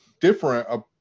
different